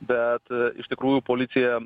bet iš tikrųjų policija